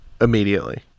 immediately